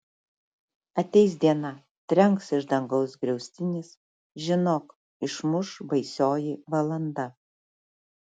ateis diena trenks iš dangaus griaustinis žinok išmuš baisioji valanda